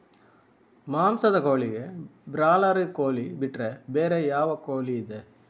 ಮಾಂಸದ ಕೋಳಿಗೆ ಬ್ರಾಲರ್ ಕೋಳಿ ಬಿಟ್ರೆ ಬೇರೆ ಯಾವ ಕೋಳಿಯಿದೆ?